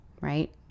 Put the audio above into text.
Right